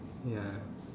ya